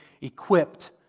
equipped